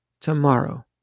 tomorrow